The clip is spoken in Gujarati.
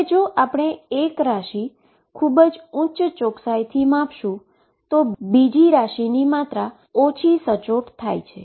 હવે જો આપણે એક ક્વોન્ટીટી ખૂબ જ ઉચ્ચ ચોક્કસાઈથી માપીશું તો બીજી ક્વોન્ટીટીની માત્રા ઓછી સચોટ થઈ જાય છે